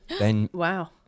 Wow